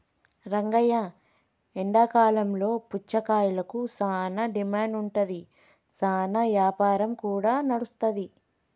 రంగయ్య ఎండాకాలంలో పుచ్చకాయలకు సానా డిమాండ్ ఉంటాది, సానా యాపారం కూడా నడుస్తాది